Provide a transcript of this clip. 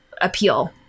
appeal